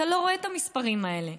כשאתה לא רואה את המספרים האלה,